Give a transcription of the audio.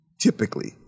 typically